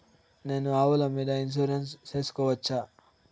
నేను ఆవుల మీద ఇన్సూరెన్సు సేసుకోవచ్చా?